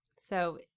So-